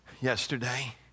yesterday